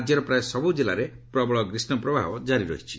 ରାଜ୍ୟର ପ୍ରାୟ ସବୁ ଜିଲ୍ଲାରେ ପ୍ରବଳ ଗ୍ରୀଷ୍ମ ପ୍ରବାହ ଜାରି ରହିଛି